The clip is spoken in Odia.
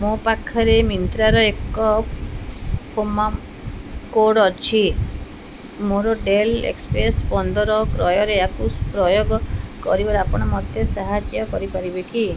ମୋ ପାଖରେ ମିନ୍ତ୍ରାର ଏକ ପ୍ରୋମୋ କୋଡ଼୍ ଅଛି ମୋର ଡେଲ୍ ଏକ୍ସପ୍ରେସ୍ ପନ୍ଦର କ୍ରୟରେ ୟାକୁ ପ୍ରୟୋଗ କରିବେ ଆପଣ ମୋତେ ସାହାଯ୍ୟ କରିପାରିବେ କି